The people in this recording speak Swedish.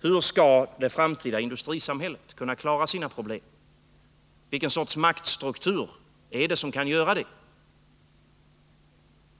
Hur skall det framtida industrisamhället kunna klara sina problem? Vilken sorts maktstruktur kan göra det?